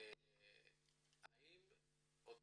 האם אותו